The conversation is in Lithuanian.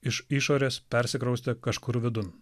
iš išorės persikraustė kažkur vidun